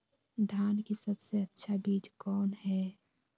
धान की सबसे अच्छा बीज कौन है?